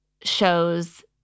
shows